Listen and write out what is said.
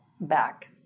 back